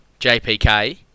JPK